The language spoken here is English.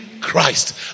Christ